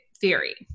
theory